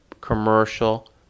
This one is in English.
commercial